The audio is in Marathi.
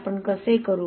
आपण कसे करू